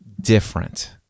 different